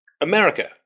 America